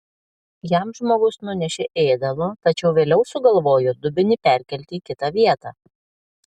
jam žmogus nunešė ėdalo tačiau vėliau sugalvojo dubenį perkelti į kitą vietą